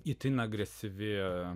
itin agresyvi